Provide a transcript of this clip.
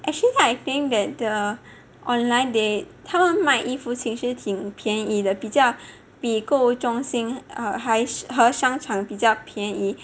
actually I think that the online they 他们卖衣服其实挺便宜的比较比购物中心 err 还是和商场比较便宜